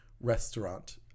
restaurant